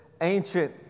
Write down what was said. ancient